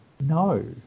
no